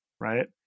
right